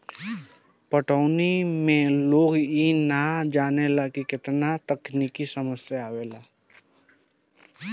पटवनी में लोग इ ना जानेला की केतना तकनिकी समस्या आवेला